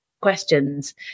questions